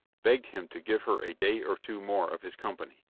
begged him to give her a day or two more of his company.